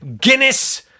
Guinness